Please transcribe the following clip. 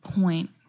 point